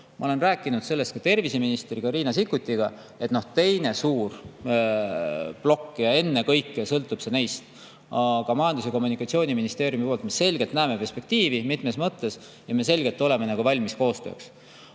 Ma olen rääkinud sellest ka terviseminister Riina Sikkutiga, [neil on] teine suur plokk, mis ennekõike sõltub neist. Aga Majandus‑ ja Kommunikatsiooniministeeriumis me selgelt näeme perspektiivi mitmes mõttes ja oleme valmis koostööks.